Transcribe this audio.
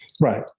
Right